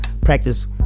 Practice